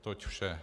Toť vše.